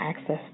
access